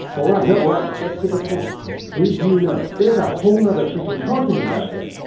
alright no alright, get to the point. did you know there's a whole another freaking continent out there!